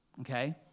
Okay